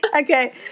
Okay